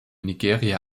nigeria